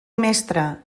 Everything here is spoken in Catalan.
mestre